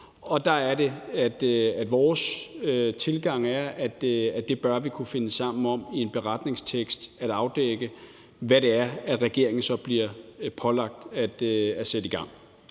og der er det, vores tilgang er, at det bør vi kunne finde sammen om i en beretningstekst, altså at afdække, hvad det er, regeringen så bliver pålagt at sætte i gang.